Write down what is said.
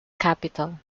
capital